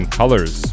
colors